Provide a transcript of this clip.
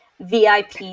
VIP